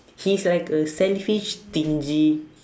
he's like a selfish stingy